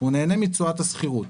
הוא נהנה מתשואת השכירות.